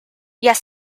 yes